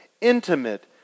intimate